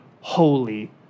holy